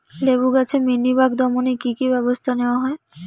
লেবু গাছে মিলিবাগ দমনে কী কী ব্যবস্থা নেওয়া হয়?